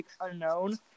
unknown